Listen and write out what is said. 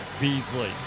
Beasley